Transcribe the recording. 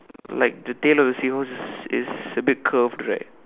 like the tail of seahorse is is a bit curved right